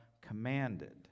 commanded